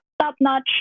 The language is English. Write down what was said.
top-notch